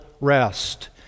rest